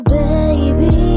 baby